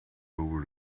over